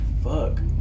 fuck